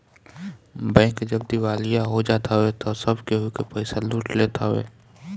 bank जब दिवालिया हो जात हवे तअ सब केहू के पईसा लूट लेत हवे